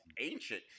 ancient